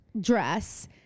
dress